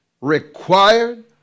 required